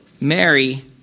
Mary